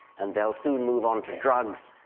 and they'll soon move on to drugs,